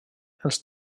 els